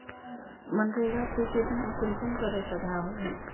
मनरेगा सूचित नाम कुंसम करे चढ़ो होबे?